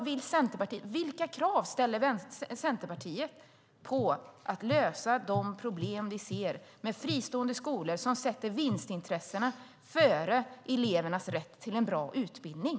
Vilka krav ställer Centerpartiet för att lösa de problem vi ser med fristående skolor som sätter vinstintressen före elevers rätt till en bra utbildning?